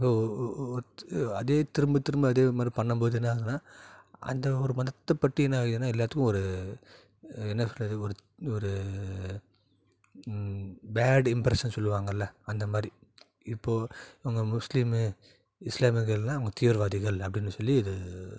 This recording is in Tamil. இப்போ அதே திரும்ப திரும்ப அதே மாதிரி பண்ணும் போது என்ன ஆகுதுன்னா அந்த ஒரு மதத்தப்பற்றின ஏன்னா எல்லாத்துக்கும் ஒரு என்ன சொல்லுறது ஒரு ஒரு பேட் இம்ப்ரெஷன்னு சொல்லுவாங்களே அந்த மாதிரி இப்போ உங்க முஸ்லிம்மு இஸ்லாமியர்கள் எல்லாம் அவங்க தீவிரவாதிகள் அப்படினு சொல்லி இது